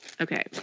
Okay